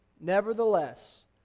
nevertheless